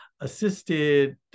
assisted